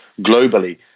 globally